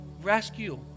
rescue